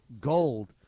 gold